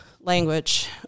language